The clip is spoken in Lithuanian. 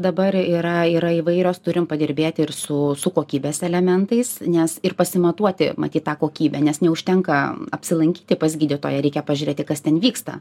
dabar yra yra įvairios turim padirbėti ir su su kokybės elementais nes ir pasimatuoti matyt tą kokybę nes neužtenka apsilankyti pas gydytoją reikia pažiūrėti kas ten vyksta